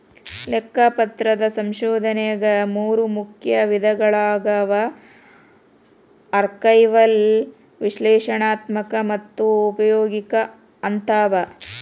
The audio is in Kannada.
ಲೆಕ್ಕಪತ್ರದ ಸಂಶೋಧನೆಗ ಮೂರು ಮುಖ್ಯ ವಿಧಾನಗಳವ ಆರ್ಕೈವಲ್ ವಿಶ್ಲೇಷಣಾತ್ಮಕ ಮತ್ತು ಪ್ರಾಯೋಗಿಕ ಅಂತವ